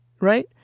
right